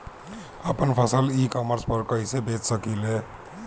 आपन फसल e commerce पर कईसे बेच सकिले?